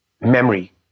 memory